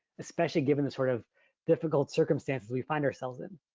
especially given the sort of difficult circumstances we find ourselves in?